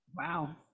Wow